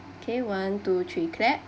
okay one two three clap